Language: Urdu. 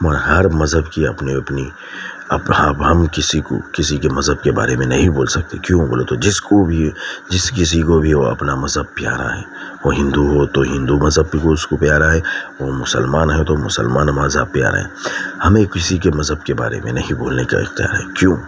مگر ہر مذہب کی اپنی اپنی اب ہم کسی کو کسی کے مذہب کے بارے میں نہیں بول سکتے کیوں بولے تو جس کو بھی جس کسی کو بھی وہ اپنا مذہب پیارا ہے وہ ہندو ہو تو ہندو مذہب بھی اس کو پیارا ہے وہ مسلمان ہے تو مسلمان مذہب پیارا ہے ہمیں کسی کے مذہب کے بارے میں نہیں بولنے کا اختیار ہے کیوں